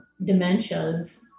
dementias